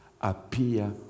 appear